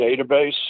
Database